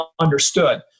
understood